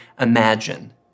imagine